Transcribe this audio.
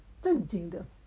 正经的